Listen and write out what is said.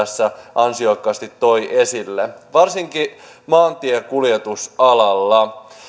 ansiokkaasti toi esille varsinkin maantiekuljetusalalla